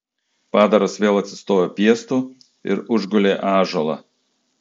padaras vėl atsistojo piestu ir užgulė ąžuolą